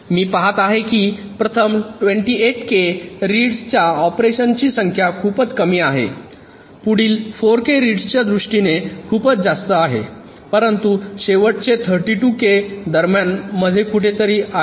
मी पहात आहे की प्रथम 28k रीड्स च्या ऑपरेशन्सची संख्या खूपच कमी आहे पुढील 4k रीड्स च्या दृष्टीने खूपच जास्त आहे परंतु शेवटचे 32k दरम्यान मध्ये कुठेतरी आहे